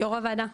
יו"ר הוועדה,